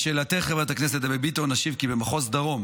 לשאלתך, חברת הכנסת דבי ביטון, אשיב כי במחוז דרום